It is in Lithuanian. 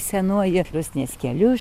senoji rusnės keliu